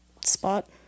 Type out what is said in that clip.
spot